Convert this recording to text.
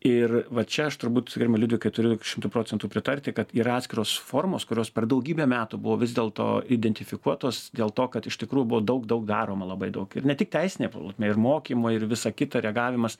ir va čia aš turbūt gerbiamai liudvikai turiu šimtu procentų pritarti kad yra atskiros formos kurios per daugybę metų buvo vis dėlto identifikuotos dėl to kad iš tikrųjų buvo daug daug daroma labai daug ir ne tik teisine ir mokymai ir visa kita reagavimas